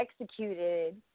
executed